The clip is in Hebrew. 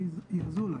אני יושב פה